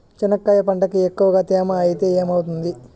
చెనక్కాయ పంటకి ఎక్కువగా తేమ ఐతే ఏమవుతుంది?